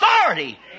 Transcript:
authority